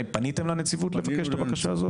האם פניתם לנציבות לבקש את הבקשה הזאת,